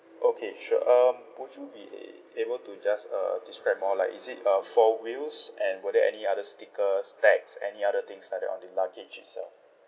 okay sure um would you be a~ able to just uh describe more like is it uh four wheels and were there any other stickers tags any other things are on the luggage itself